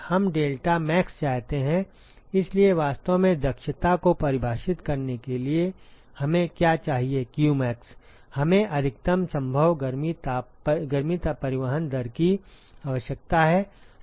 हम डेल्टाटमैक्स चाहते हैं लेकिन वास्तव में दक्षता को परिभाषित करने के लिए हमें क्या चाहिए qmax हमें अधिकतम संभव गर्मी परिवहन दर की आवश्यकता है